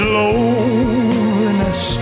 loneliness